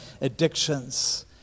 addictions